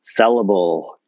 sellable